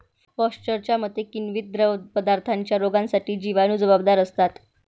पाश्चरच्या मते, किण्वित द्रवपदार्थांच्या रोगांसाठी जिवाणू जबाबदार असतात